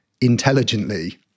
intelligently